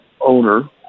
owner